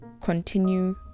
continue